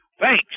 Thanks